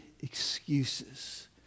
excuses